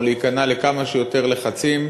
או להיכנע לכמה שיותר לחצים.